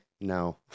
No